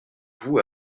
vous